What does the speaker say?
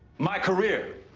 my career.